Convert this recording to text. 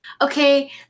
Okay